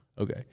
Okay